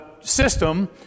system